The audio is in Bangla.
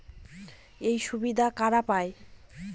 এই সুবিধা কারা পায়?